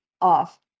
off